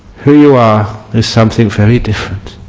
who you are is something very different.